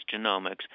genomics